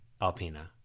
Alpina